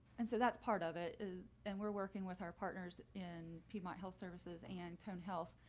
and so that's part of it is and we're working with our partners in piedmont health services and cone health,